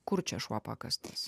kur čia šuo pakastas